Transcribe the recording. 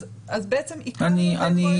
אז בעצם עיכבנו את כל התהליך.